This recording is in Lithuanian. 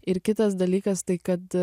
ir kitas dalykas tai kad